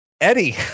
Eddie